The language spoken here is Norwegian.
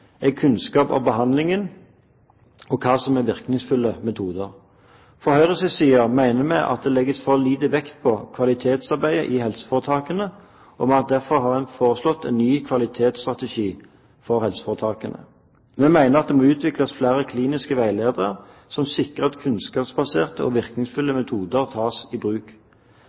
er kunnskap om behandlingen og hva som er virkningsfulle metoder. Fra Høyres side mener vi at det legges for liten vekt på kvalitetsarbeidet i helseforetakene, og vi har derfor foreslått en ny kvalitetsstrategi for helseforetakene. Vi mener at det må utvikles flere kliniske veiledere som sikrer at kunnskapsbaserte og virkningsfulle metoder tas i bruk.